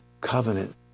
covenant